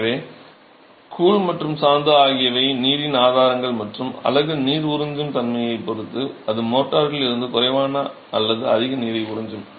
எனவே கூழ் மற்றும் சாந்து ஆகியவை நீரின் ஆதாரங்கள் மற்றும் அலகு நீர் உறிஞ்சும் தன்மையைப் பொறுத்து அது மோர்ட்டாரில் இருந்து குறைவான அல்லது அதிக நீரை உறிஞ்சும்